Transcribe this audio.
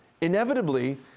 Inevitably